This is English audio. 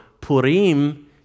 Purim